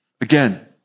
again